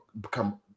become